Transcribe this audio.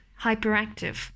hyperactive